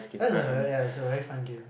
that's a very yeah it's a very fun game